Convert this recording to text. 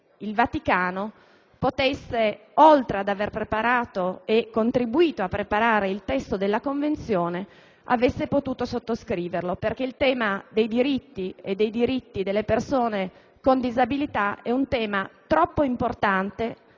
il Vaticano, oltre ad avere contribuito a redigere il testo della Convenzione, avesse potuto sottoscriverlo, perché quello dei diritti e, soprattutto, dei diritti delle persone con disabilità è un tema troppo importante